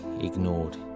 ignored